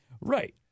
Right